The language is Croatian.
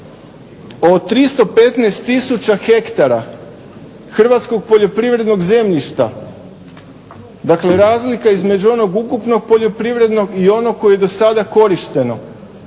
o 315 tisuća hektara hrvatskog poljoprivrednog zemljišta. Dakle, razlika između onog ukupnog poljoprivrednog i onog koji je do sada korišteno.